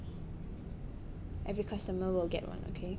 every customer will get one okay